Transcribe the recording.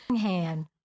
Hand